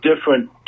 different